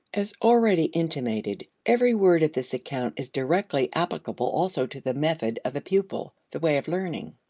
as already intimated, every word of this account is directly applicable also to the method of the pupil, the way of learning.